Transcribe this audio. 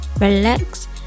relax